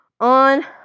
On